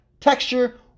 texture